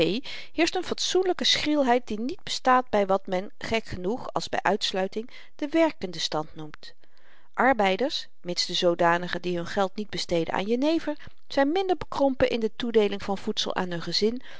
heerscht n fatsoenlyke schrielheid die niet bestaat by wat men gek genoeg als by uitsluiting den werkenden stand noemt arbeiders mits de zoodanigen die hun geld niet besteden aan jenever zyn minder bekrompen in de toedeeling van voedsel aan hun gezin